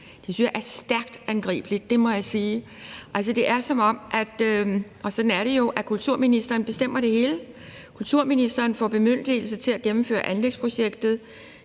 jeg er stærkt angribeligt; det må jeg sige. Det er, og sådan er det jo, som om kulturministeren bestemmer det hele: Kulturministeren får bemyndigelse til at gennemføre anlægsprojektet.